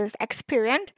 experience